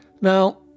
now